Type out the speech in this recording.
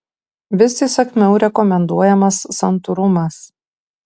vis įsakmiau rekomenduojamas santūrumas